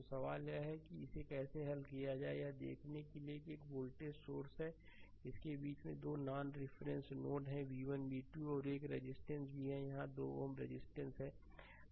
तो सवाल यह है कि इसे कैसे हल किया जाए यह देखने के लिए कि एक वोल्टेज सोर्स है इसके बीच में 2 non reference node v1 v 2 है और एक रेजिस्टेंस भी यहां 2 Ω रेजिस्टेंस है